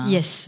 Yes